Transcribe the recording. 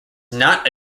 not